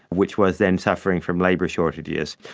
which was then suffering from labour shortages.